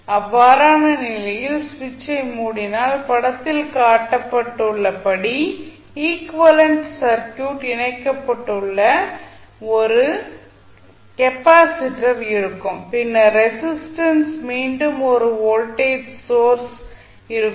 அவ்வாறான நிலையில் சுவிட்சை மூடினால் படத்தில் காட்டப்பட்டுள்ளபடி ஈக்விவலெண்ட் சர்க்யூட் இணைக்கப்பட்டுள்ள ஒரு கெப்பாசிட்டர் இருக்கும் பின்னர் ரெசிஸ்டன்ஸ் மீண்டும் ஒரு வோல்டேஜ் சொர்ஸும் இருக்கும்